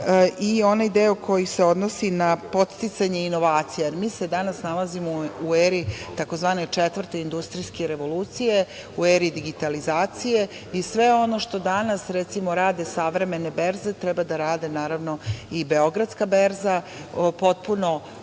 i onaj deo koji se odnosi na podsticanje inovacija. Mi se danas nalazimo u eri tzv. Četvrte industrijske revolucije, u eri digitalizacije i sve ono što danas, recimo, rade savremene berze, treba da rade naravno i Beogradska berza, potpuno